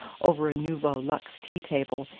over a nouveau luxe tea-table,